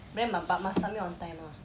but then ah but must submit on time ah